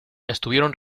estuvieron